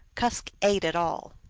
kusk ate it all.